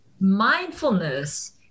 Mindfulness